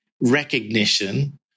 recognition